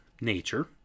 Nature